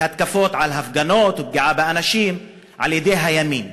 בהתקפות על הפגנות או פגיעה באנשים על-ידי הימין.